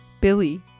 Billy